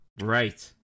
Right